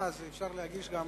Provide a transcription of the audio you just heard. בבקשה, גברתי.